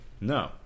No